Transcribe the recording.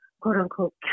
quote-unquote